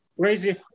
crazy